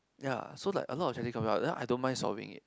ya so like a lot of come out I don't mind solving it